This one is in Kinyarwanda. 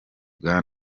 bwa